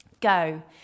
Go